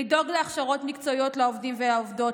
לדאוג להכשרות מקצועיות לעובדים ולעובדות,